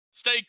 stay